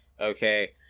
Okay